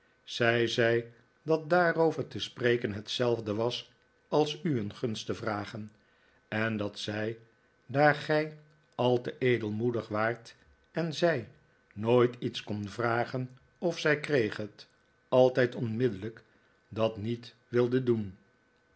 zij dat daarover te spreken hetzelfde was als u een gunst te vragen en dat zij daar gij al te edelmoedig waart en zij hooit iets kon vragen of zij kreeg het altijd onmiddellijk dat niet wilde dpen